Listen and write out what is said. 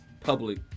public